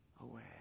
away